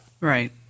Right